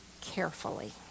carefully